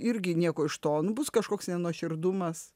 irgi nieko iš to nu bus kažkoks nenuoširdumas